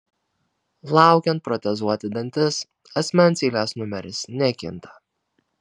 laukiant protezuoti dantis asmens eilės numeris nekinta